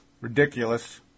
Ridiculous